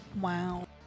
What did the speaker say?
wow